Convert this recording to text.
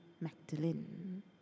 Magdalene